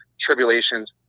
tribulations